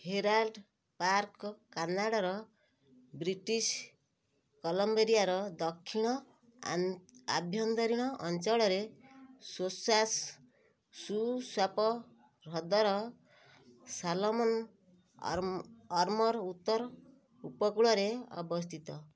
Herald Park କାନାଡ଼ାର British କଲମ୍ବେରିଆର ଦକ୍ଷିଣ ଆଭ୍ୟନ୍ତରୀଣ ଅଞ୍ଚଳରେ ସୁସ୍ୱାସ୍ ସୁସ୍ୱାପ ହ୍ରଦର ସାଲମନ୍ ଆର୍ମର ଉତ୍ତର ଉପକୂଳରେ ଅବସ୍ତିତ